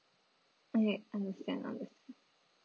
okay understand understand